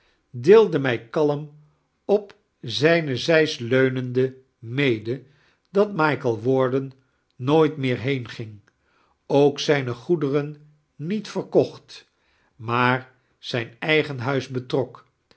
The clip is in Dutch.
deelde mij kakn op zijn zeds leunendfi made dat michael warden ruooit meer heemging ook zijne goederen niet verkocht maar zijn eigen huis betook